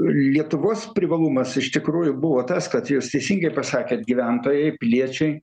lietuvos privalumas iš tikrųjų buvo tas kad jūs teisingai pasakėt gyventojai piliečiai